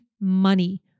money